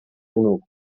genug